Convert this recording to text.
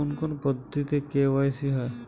কোন কোন পদ্ধতিতে কে.ওয়াই.সি হয়?